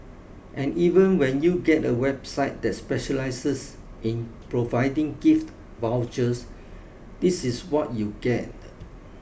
and even when you get a website that specialises in providing gift vouchers this is what you get